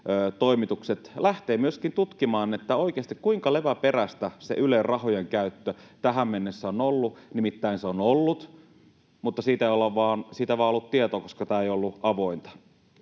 toimitukset lähtevät myöskin tutkimaan oikeasti, kuinka leväperäistä se Ylen rahojen käyttö tähän mennessä on ollut — nimittäin se on ollut, mutta siitä vain ei ole ollut tietoa, koska tämä ei ole ollut avointa.